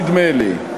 נדמה לי.